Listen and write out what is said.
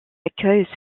accueille